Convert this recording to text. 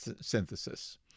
synthesis